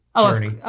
journey